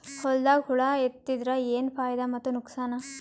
ಹೊಲದಾಗ ಹುಳ ಎತ್ತಿದರ ಏನ್ ಫಾಯಿದಾ ಮತ್ತು ನುಕಸಾನ?